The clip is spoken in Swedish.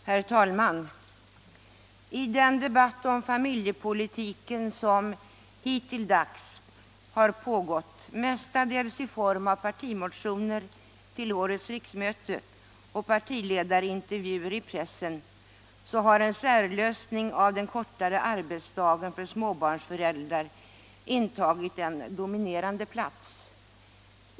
Herr talman! I den debatt om familjepolitiken som hittilldags mestadels har pågått i form av partimotioner till årets riksmöte och partiledarintervjuer i pressen har en särlösning av införandet av den kortare arbetsdagen för småbarnsföräldrar intagit en dominerande plats.